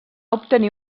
obtenir